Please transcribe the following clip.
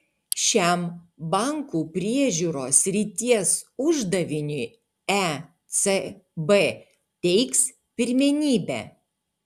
šiam bankų priežiūros srities uždaviniui ecb teiks pirmenybę